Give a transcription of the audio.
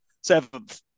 Seventh